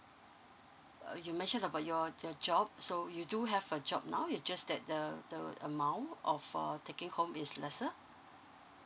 uh you mentioned about your your job so you do have a job now it just that the the amount of err taking home is lesser